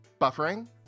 Buffering